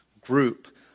group